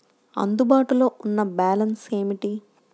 అందుబాటులో ఉన్న బ్యాలన్స్ ఏమిటీ?